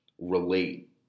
relate